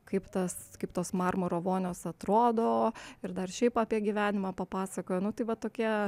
kaip tas kaip tos marmuro vonios atrodo ir dar šiaip apie gyvenimą papasakojo nu tai va tokie